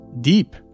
deep